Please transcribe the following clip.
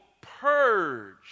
purge